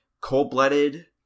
Cold-blooded